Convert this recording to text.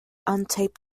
untaped